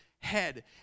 head